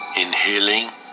inhaling